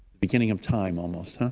beginning of time. um ah so